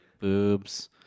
Boobs